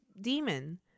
demon